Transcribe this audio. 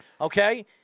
Okay